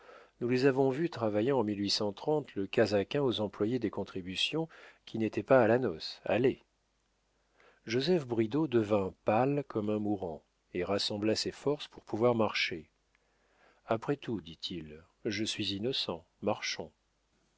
nous les avons vus travaillant en le casaquin aux employés des contributions qui n'étaient pas à la noce allez joseph bridau devint pâle comme un mourant et rassembla ses forces pour pouvoir marcher après tout dit-il je suis innocent